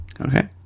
Okay